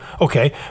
Okay